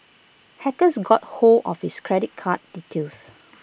hackers got hold of his credit card details